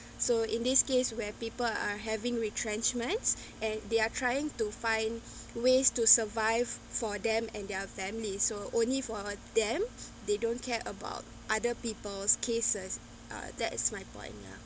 so in this case where people are having retrenchments and they are trying to find ways to survive for them and their families so only for them they don't care about other people's cases uh that is my point ya